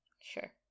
Sure